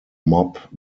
mob